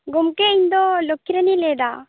ᱜᱚᱝᱠᱮ ᱤᱧ ᱫᱚ ᱞᱩᱠᱷᱤ ᱨᱟᱱᱤᱧ ᱞᱟᱹᱭ ᱮᱫᱟ